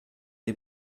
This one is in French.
les